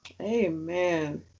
Amen